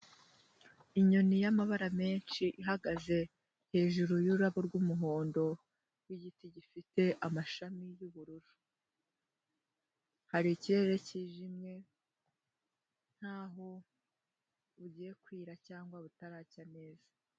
Inyoni y'amabara menshi, ihagaze hejuru y'ururabo rw'umuhondo, rw'igiti gifite amashami y'ubururu. Hari ikirere cyijimye nkaho bugiye kwira cyangwa butaracya neza.